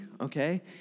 okay